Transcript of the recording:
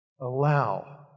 allow